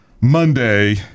Monday